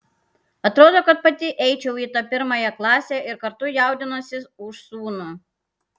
atrodo kad pati eičiau į tą pirmąją klasę ir kartu jaudinuosi už sūnų